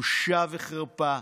בושה וחרפה,